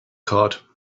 card